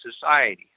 society